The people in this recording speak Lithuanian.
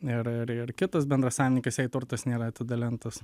ir ir kitas bendrasavininkas jei turtas nėra atidalintas